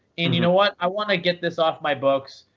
and you know what? i want to get this off my books,